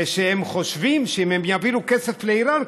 ושהן חושבות שאם הן יעבירו כסף לאיראן,